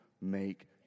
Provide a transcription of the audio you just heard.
make